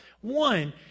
one